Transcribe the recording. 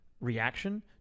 reaction